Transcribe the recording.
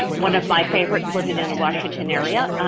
one of my favorites living in the washington area.